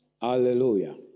Hallelujah